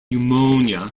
pneumonia